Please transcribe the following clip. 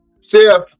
Chef